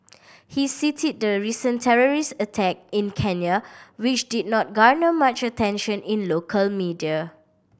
he cited the recent terrorist attack in Kenya which did not garner much attention in local media